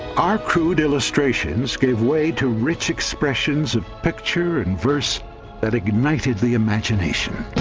our crude illustrations gave way to rich expressions of picture and verse that ignited the imagination